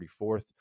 34th